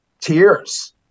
tears